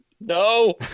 No